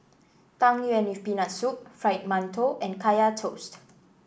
Tang Yuen with Peanut Soup Fried Mantou and Kaya Toast